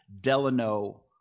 Delano